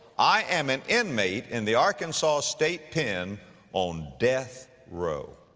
i am an inmate in the arkansas state pen on death row.